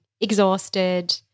exhausted